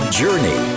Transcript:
journey